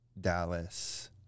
Dallas